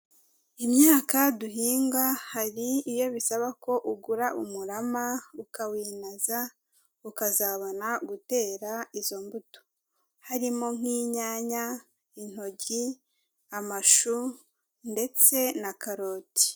Imyaka duhinga hari iyo bisaba ko ugura umurama, ukawinaza, ukazabona gutera izo mbuto. Harimo nk'inyanya, intoryi, amashu ndetse na karoti.